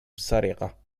سرق